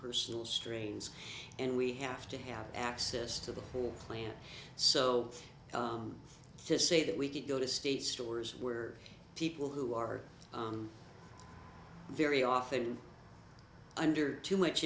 personal strains and we have to have access to the whole plant so to say that we could go to states stores where people who are on very often under too much